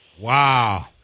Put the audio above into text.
Wow